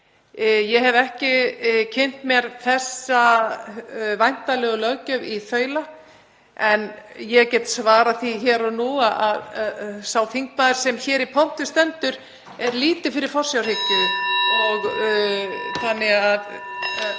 Ég hef ekki kynnt mér þessa væntanlegu löggjöf í þaula, en ég get svarað því hér og nú að sá þingmaður sem hér í pontu stendur er lítið fyrir forsjárhyggju (Forseti